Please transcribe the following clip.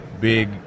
big